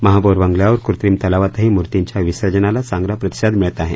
महापोर बंगल्यावर कृत्रिम तलावातही मूर्तिंच्या विसर्जनाला चांगला प्रतिसाद मिळत आहे